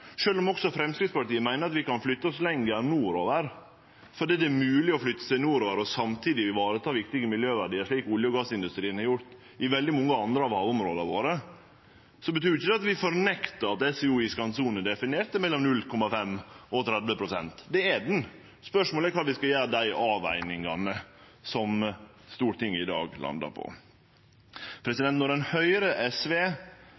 om Framstegspartiet meiner at vi kan flytte oss lenger nordover fordi det er mogleg å flytte seg nordover og samtidig vareta viktige miljøverdiar, slik olje- og gassindustrien har gjort i veldig mange andre av havområda våre, betyr jo ikkje det at vi fornektar at SVO iskantsonen er definert mellom 0,5 og 30 pst. – det er den. Spørsmålet er kvar vi skal gjere dei avvegingane som Stortinget i dag landar på. Når ein høyrer SV